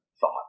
thought